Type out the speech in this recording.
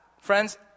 friends